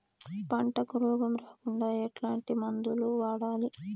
పంటకు రోగం రాకుండా ఎట్లాంటి మందులు వాడాలి?